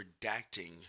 redacting